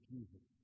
Jesus